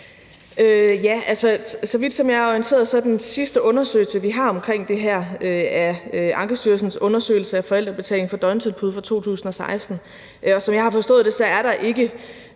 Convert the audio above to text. Krag): Så vidt jeg er orienteret, er den sidste undersøgelse, vi har omkring det her, Ankestyrelsens undersøgelse af forældrebetaling for døgntilbud fra 2016. Som jeg har forstået det, er der ikke